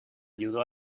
ayudó